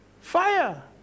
fire